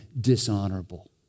dishonorable